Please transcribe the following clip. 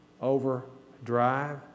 overdrive